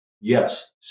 Yes